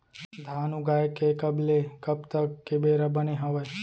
धान उगाए के कब ले कब तक के बेरा बने हावय?